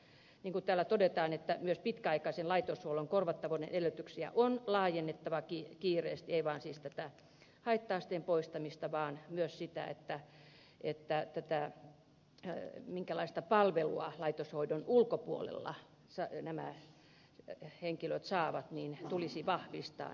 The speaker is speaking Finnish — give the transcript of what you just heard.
niin kuin täällä todetaan myös pitkäaikaisen laitoshoidon korvattavuuden edellytyksiä on laajennettava kiireesti ei siis vain haitta asteen poistamista vaan myös sitä minkälaista palvelua laitoshoidon ulkopuolella nämä henkilöt saavat ja niitä tulisi vahvistaa